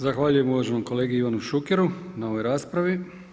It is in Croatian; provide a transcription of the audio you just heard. Zahvaljujem uvaženom kolegi Ivanu Šukeru na ovoj raspravi.